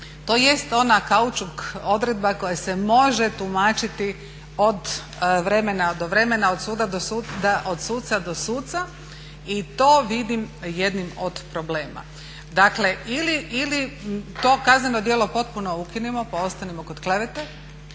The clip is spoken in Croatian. Tj. ona kaučuk odredba koja se može tumačiti od vremena do vremena, od suda do suda, od suca do suca i to vidim jednim od problema. Dakle ili to kazneno djelo potpuno ukinimo pa ostanimo kod klevete